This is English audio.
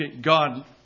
God